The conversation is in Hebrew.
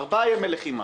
ארבעה ימי לחימה,